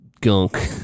gunk